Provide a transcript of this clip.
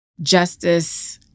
justice-